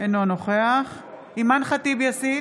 אינו נוכח אימאן ח'טיב יאסין,